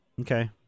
Okay